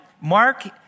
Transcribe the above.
Mark